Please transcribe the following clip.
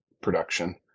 production